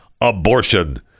Abortion